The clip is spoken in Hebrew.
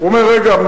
הוא אומר: רגע,